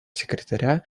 секретаря